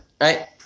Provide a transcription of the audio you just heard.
right